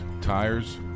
tires